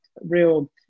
real